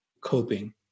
coping